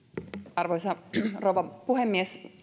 arvoisa rouva puhemies